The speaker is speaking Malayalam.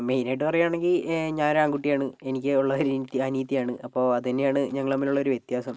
മെയിനായിട്ട് പറയുകയാണെങ്കിൽ ഞാൻ ആൺകുട്ടിയാണ് എനിക്ക് ഉള്ളത് ഒരു അനിയത്തിയാണ് അപ്പോൾ അതു തന്നെയാണ് ഞങ്ങൾ തമ്മിലുള്ള ഒരു വ്യത്യാസം